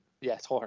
yes